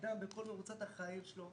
אדם בכל מרוצת החיים שלו,